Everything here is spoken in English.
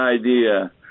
idea